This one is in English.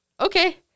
okay